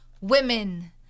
Women